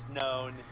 known